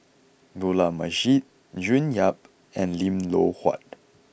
Dollah Majid June Yap and Lim Loh Huat